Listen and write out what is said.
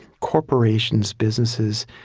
corporations, businesses,